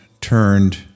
turned